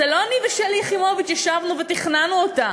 זה לא אני ושלי יחימוביץ ישבנו ותכננו אותה,